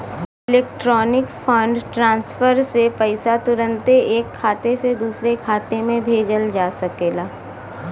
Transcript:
electronic fund transfer से पईसा तुरन्ते ऐक खाते से दुसरे खाते में भेजल जा सकेला